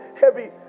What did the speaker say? heavy